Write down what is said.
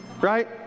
Right